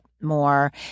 more